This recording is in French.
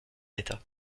d’état